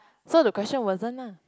so the question wasn't lah